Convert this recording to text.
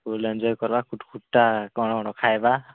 ଫୁଲ୍ enjoy କରିବା କ'ଣ କ'ଣ ଖାଇବା